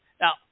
Now